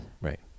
Right